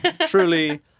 truly